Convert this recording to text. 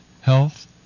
health